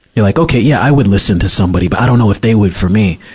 you're like, okay, yeah, i would listen to somebody, but i don't know if they would for me.